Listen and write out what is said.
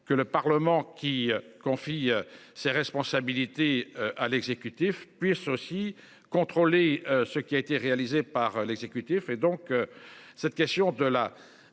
que le Parlement qui confie ses responsabilités à l'exécutif puisse aussi contrôler ce qui a été réalisé par l'exécutif et donc. Cette question de la